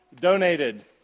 donated